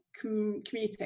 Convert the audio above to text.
commuting